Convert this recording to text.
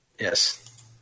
Yes